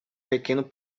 pequeno